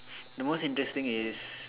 the most interesting is